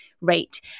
rate